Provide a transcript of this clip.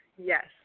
Yes